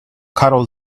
carol